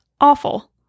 awful